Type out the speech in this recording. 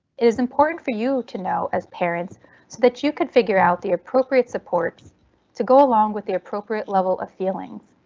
it is important for you to know as parents, so that you could figure out the appropriate supports to go along with the appropriate level of feelings.